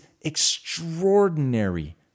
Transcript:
extraordinary